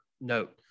note